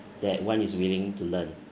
that one is willing to learn